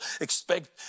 expect